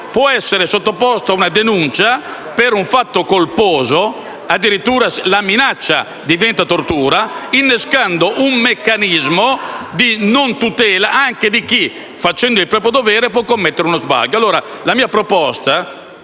La mia proposta,